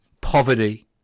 poverty